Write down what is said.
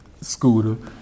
Scooter